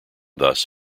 thus